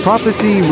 Prophecy